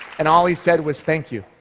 and all he said was, thank you.